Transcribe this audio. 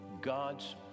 God's